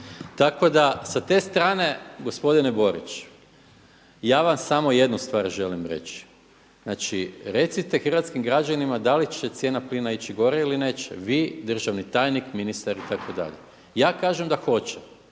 Tako da sa te strane gospodine Boriću, ja vam samo jednu stvar želim reći, znači, recite hrvatskim građanima da li će cijena plina ići gore ili neće, vi, državni tajnik, ministar itd.. Ja kažem da hoće.